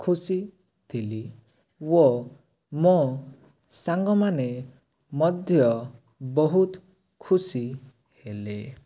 ଖୁସି ଥିଲି ୱ ମୋ ସାଙ୍ଗମାନେ ମଧ୍ୟ ବହୁତ ଖୁସି ହେଲେ